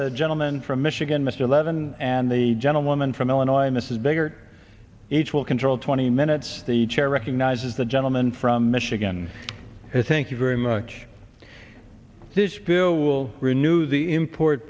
the gentleman from michigan mr levin and the gentlewoman from illinois mrs bigger each will control twenty minutes the chair recognizes the gentleman from michigan as thank you very much this bill will renew the import